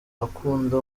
akunda